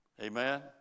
Amen